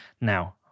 Now